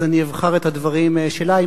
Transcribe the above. אז אני אבחר את הדברים שלה.